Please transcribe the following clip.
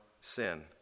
sin